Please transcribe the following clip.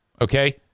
Okay